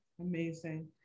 Amazing